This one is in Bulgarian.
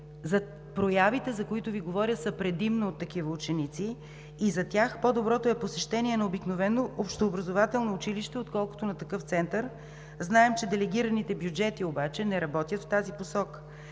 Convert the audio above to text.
За проявите, за които Ви говоря, те са предимно от такива ученици и за тях по-доброто е посещение на обикновено общообразователно училище, отколкото на такъв център. Знаем, че делегираните бюджети, обаче не работят в тази посока.